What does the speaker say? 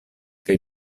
kaj